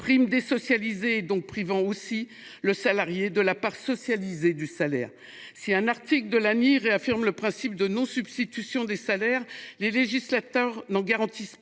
prime désocialisée qui, par définition, prive le salarié de la part socialisée du salaire. Si l’un des articles de l’ANI réaffirme le principe de non substitution des salaires, le législateur n’en garantit pas